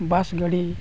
ᱵᱟᱥ ᱜᱟᱹᱰᱤ